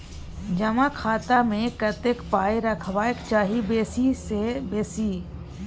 जमा खाता मे कतेक पाय रखबाक चाही बेसी सँ बेसी?